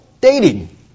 dating